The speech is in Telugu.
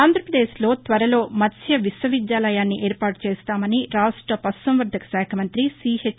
ఆంధ్రాపదేశ్లో త్వరలో మత్స్య విశ్వవిద్యాలయాన్ని ఏర్పాటు చేస్తామని రాష్ట పశుసంవర్దక శాఖ మంత్రి సిహెచ్